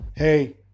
Hey